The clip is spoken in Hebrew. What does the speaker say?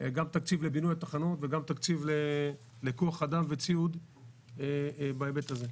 גם תקציב לבינוי התחנות וגם תקציב לכוח אדם וציוד בהיבט הזה.